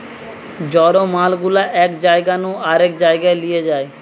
জড় মাল গুলা এক জায়গা নু আরেক জায়গায় লিয়ে যায়